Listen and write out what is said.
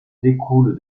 découle